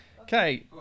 Okay